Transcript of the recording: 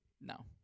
No